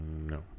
no